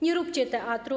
Nie róbcie teatru.